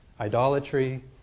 idolatry